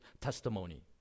testimony